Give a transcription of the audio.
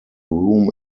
room